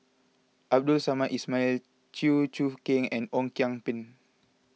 Abdul Samad Ismail Chew Choo Keng and Ong Kian Peng